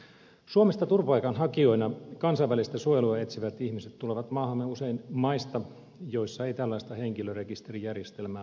suomesta turvapaikanhakijoina kansainvälistä suojelua etsivät ihmiset tulevat maahamme usein maista joissa ei tällaista henkilörekisterijärjestelmää ole